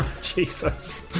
Jesus